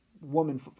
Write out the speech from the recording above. woman